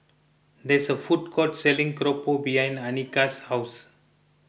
there is a food court selling Keropok behind Anika's house